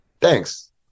Thanks